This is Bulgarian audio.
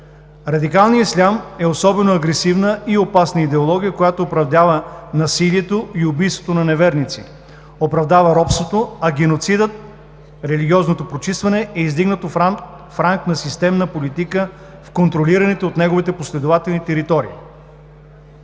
Радикалният ислям е особено агресивна и опасна идеология, която оправдава насилието и убийството на неверници, оправдава робството, а геноцидът, религиозното прочистване е издигнато в ранг на системна политика в контролираните от неговите последователи територии.